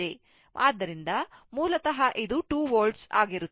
ಆದ್ದರಿಂದ ಮೂಲತಃ ಇದು 2 Volt ಆಗಿರುತ್ತದೆ